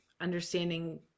understanding